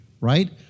right